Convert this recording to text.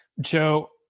Joe